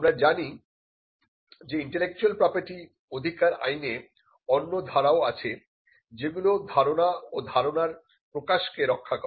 আমরা জানি যে ইন্টেলেকচুয়াল প্রপার্টি অধিকার আইনে অন্য ধারা ও আছে যেগুলি ধারণা ও ধারণার প্রকাশকে রক্ষা করে